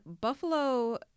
Buffalo